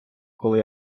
коли